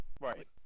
right